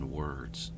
words